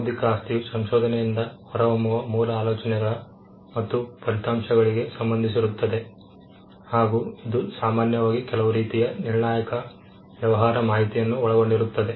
ಬೌದ್ಧಿಕ ಆಸ್ತಿಯು ಸಂಶೋಧನೆಯಿಂದ ಹೊರಹೊಮ್ಮುವ ಮೂಲ ಆಲೋಚನೆಗಳಮತ್ತು ಫಲಿತಾಂಶಗಳಿಗೆ ಸಂಬಂಧಿಸಿರುತ್ತದೆ ಹಾಗೂ ಇದು ಸಾಮಾನ್ಯವಾಗಿ ಕೆಲವು ರೀತಿಯ ನಿರ್ಣಾಯಕ ವ್ಯವಹಾರ ಮಾಹಿತಿಯನ್ನು ಒಳಗೊಂಡಿರುತ್ತದೆ